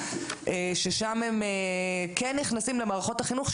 ששם הם כן נכנסים למערכות החינוך,